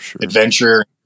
adventure